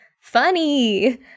funny